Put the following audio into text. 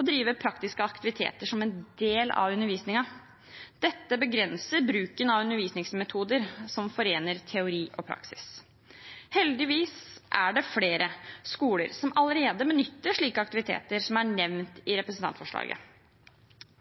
og drive med praktiske aktiviteter som en del av undervisningen. Dette begrenser bruken av undervisningsmetoder som forener teori og praksis. Heldigvis er det flere skoler som allerede benytter seg av slike aktiviteter som er nevnt i representantforslaget,